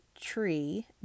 tree